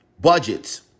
Budgets